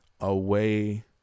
away